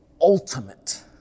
ultimate